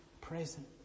present